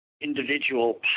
individual